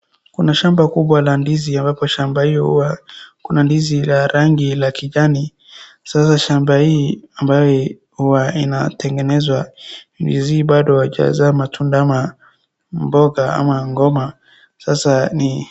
Kuna shamba kubwa la ndizi ambapo shamba hiyo huwa ndizi la rangi la kijani. Sasa shamba hii ambae huwa inatengenezwa ndizi bado hajazaa matunda mboga ama mgomba sasa ni.